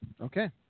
Okay